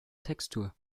textur